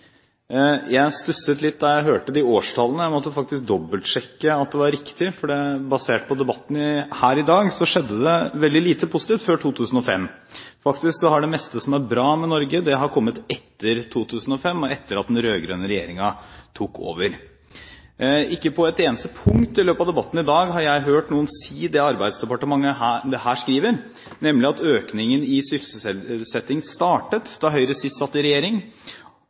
Jeg stusset litt da jeg leste de årstallene. Jeg måtte faktisk dobbeltsjekke at det var riktig, for basert på debatten her i dag skjedde det veldig lite positivt før 2005. Faktisk har det meste som er bra med Norge, kommet etter 2005, og etter at den rød-grønne regjeringen tok over. Ikke på ett eneste punkt i løpet av debatten i dag har jeg hørt noen si det Arbeidsdepartementet her skriver, nemlig at økningen i sysselsettingen startet da Høyre sist satt i regjering